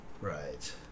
right